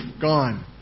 gone